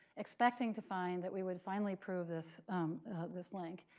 expecting to find that we would finally prove this this link.